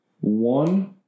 One